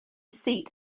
seat